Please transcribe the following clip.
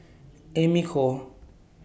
Amy Khor